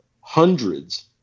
hundreds